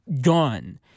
gone